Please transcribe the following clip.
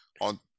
On